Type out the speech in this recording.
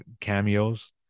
cameos